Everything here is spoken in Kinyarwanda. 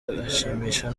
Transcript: ashimishwa